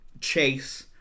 chase